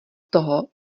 toho